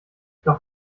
doch